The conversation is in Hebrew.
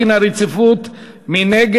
דין רציפות הוחל על הצעת החוק,